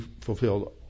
fulfilled